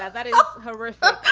and that is horrific